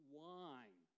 wine